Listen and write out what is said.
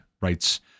writes